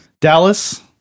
Dallas